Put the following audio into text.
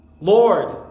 Lord